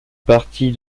partie